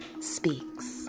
Speaks